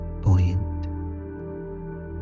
...buoyant